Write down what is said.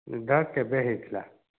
ଯୁଦ୍ଧ କେବେ ହୋଇଥିଲା